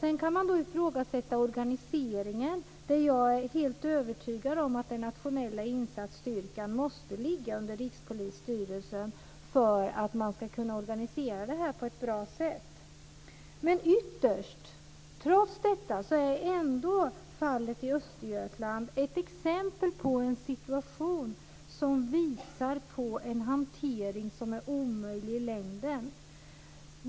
Man kan ifrågasätta organiseringen. Jag är helt övertygad om att den nationella insatsstyrkan måste ligga under Rikspolisstyrelsen för att man ska kunna organisera det på ett bra sätt. Trots detta är ändå fallet i Östergötland ytterst ett exempel på en situation som visar på en hantering som är omöjlig i längden.